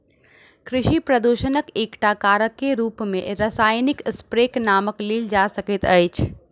कृषि प्रदूषणक एकटा कारकक रूप मे रासायनिक स्प्रेक नाम लेल जा सकैत अछि